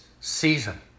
season